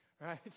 right